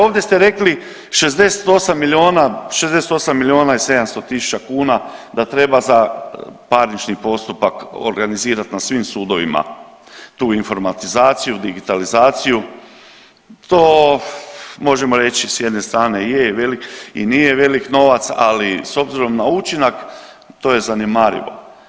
Ovdje ste rekli 68 milijuna i 700 tisuća kuna da treba za parnični postupak organizirat na svim sudovima tu informatizaciju, digitalizaciju, to možemo reći s jedne strane je velik i nije velik novac, ali s obzirom na učinak to je zanemarivo.